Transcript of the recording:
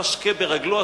האדם משקה ברגלו,